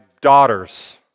daughters